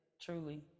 truly